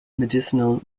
medicinal